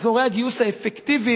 מחזורי הגיוס האפקטיביים,